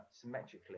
symmetrically